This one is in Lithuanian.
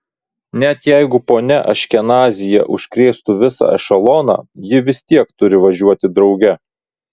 net jeigu ponia aškenazyje užkrėstų visą ešeloną ji vis tiek turi važiuoti drauge